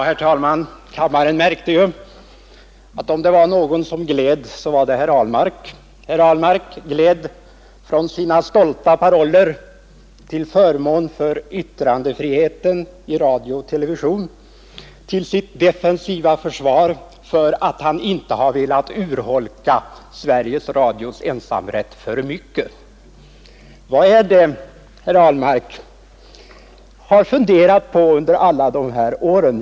Herr talman! Kammaren märkte ju — om det var någon som gled så var det herr Ahlmark. Herr Ahlmark gled från sina stolta paroller till förmån för yttrandefriheten i radio och television till sitt defensiva försvar för att han inte har velat urholka Sveriges Radios ensamrätt för mycket. Vad är det herr Ahlmark har funderat på under de år han aktualiserat dessa frågor?